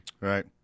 Right